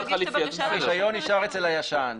הרישיון נשאר אצל הישן.